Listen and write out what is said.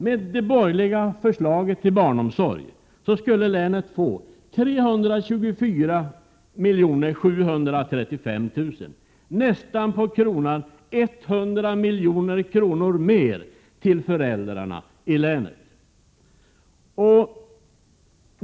Med det borgerliga förslaget till barnomsorg skulle länet få 324 735 000 kr., nästan på kronan 100 miljoner mer till föräldrarna i länet.